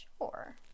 sure